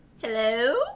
Hello